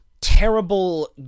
Terrible